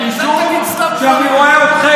אל תגיד סתם דברים.